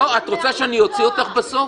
ענת, את רוצה שאני אוציא אותך בסוף?